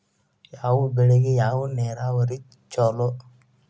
ಯಾವ ಬೆಳಿಗೆ ಯಾವ ನೇರಾವರಿ ಛಲೋ?